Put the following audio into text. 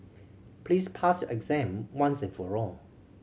please pass your exam once and for all